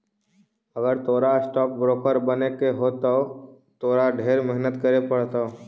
अगर तोरा stock broker बने के हो त तोरा ढेर मेहनत करे पड़तो